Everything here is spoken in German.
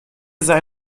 sei